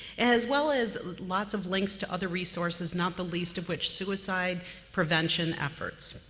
as well as lots of links to other resources, not the least of which suicide prevention efforts.